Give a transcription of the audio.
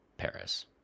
Paris